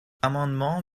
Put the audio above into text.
amendement